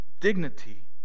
dignity